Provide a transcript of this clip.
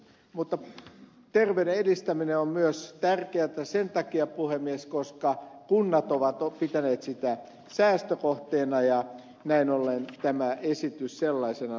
mutta terveyden edistäminen on myös tärkeätä sen takia puhemies että kunnat ovat pitäneet sitä säästökohteena ja näin ollen tämä esitys sellaisenaan on positiivinen